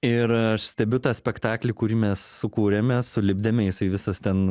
ir aš stebiu tą spektaklį kurį mes sukūrėme sulipdėme jisai visas ten